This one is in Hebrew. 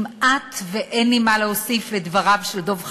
כמעט אין לי מה להוסיף על דבריו של דב חנין,